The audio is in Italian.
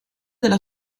della